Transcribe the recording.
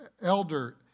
elder